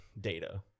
data